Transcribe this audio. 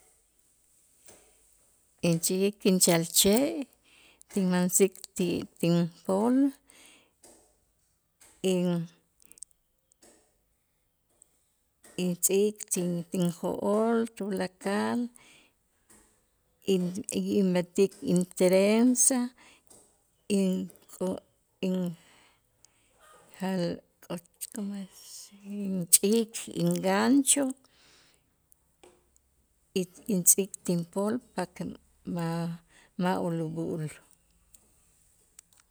Inchi'ik inchalche' tinmansik ti- tinpol in- intz'ik ti- tinjo'ol tulakal y y mentik intrensa inko in jal koch como es inchik ingancho y intz'ik tinpol paque ma' ma' ulub'ul.